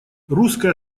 русская